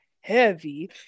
heavy